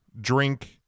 drink